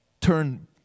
turn